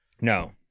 No